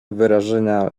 wyrażenia